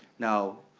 now,